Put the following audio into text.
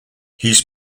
his